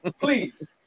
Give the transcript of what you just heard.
please